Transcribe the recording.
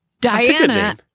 Diana